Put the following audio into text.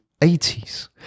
80s